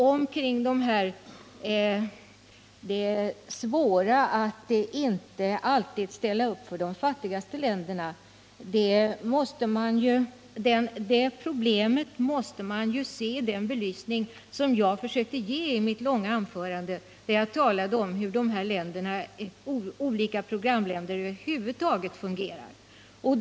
Det svåra problemet i fråga om att inte alltid ställa upp för de fattigaste länderna måste man ju se i den belysning som jag försökte ge i mitt långa anförande, där jag talade om hur olika programländerna över huvud taget fungerar.